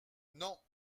non